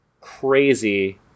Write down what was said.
crazy